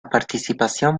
participación